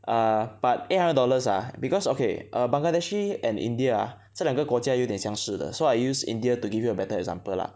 uh but eight hundred dollars ah because okay err Bangladeshi and India ah 这两个国家有点相似的 so I use India to give you a better example lah